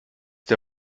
der